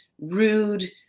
rude